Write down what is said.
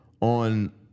on